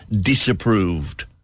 disapproved